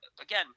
again